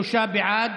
43 בעד,